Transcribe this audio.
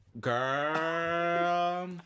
Girl